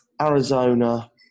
Arizona